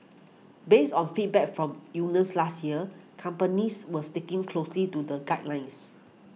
based on feedback from unions last year companies were sticking closely to the guidelines